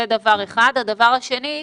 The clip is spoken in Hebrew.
דבר שני,